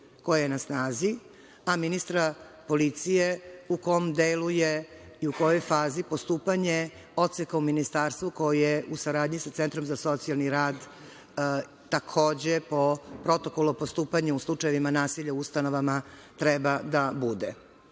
koje je na snazi. A ministra policije, u kom delu je i kojoj fazi je postupanje odseka u Ministarstvu, koje u saradnji sa Centrom za socijalni rad, takođe po Protokolu o postupanju u slučajevima nasilja u ustanovama treba da bude.Zašto